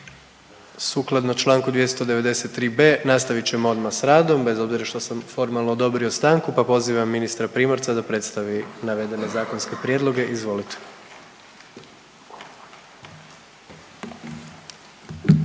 Sukladno čl. 293.b. nastavit ćemo odmah s radom bez obzira što sam formalno odobrio stanku, pa pozivam ministra Primorca da predstavi navedene zakonske prijedloge, izvolite.